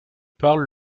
parlent